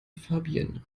fabienne